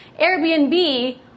Airbnb